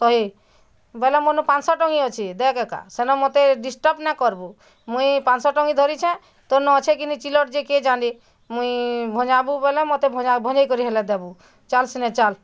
ଶହେ ବୋଲେ ମୋର୍ ନ ପାଞ୍ଚ ଶହ ଟଙ୍କି ଅଛେ ଦେଖ୍ ଏକା ସେନ ମୋତେ ଡିଷ୍ଟର୍ବ୍ ନେଇଁ କରବୁ ମୁଇଁ ପାଞ୍ଚ ଶହ ଟଙ୍କି ଧରିଛେ ତୋର୍ ନେ ଅଛେ କି ନାଇଁ ଚିଲର୍ ଯେ କିଏ ଜାନେ ମୁଇଁ ଭଞ୍ଜାବୁ ବୋଲେ ମୋତେ ଭଞ୍ଜେଇ କରି ହେଲେ ଦେବୁ ଚାଲ୍ ସିନେ ଚାଲ୍